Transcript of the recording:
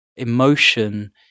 emotion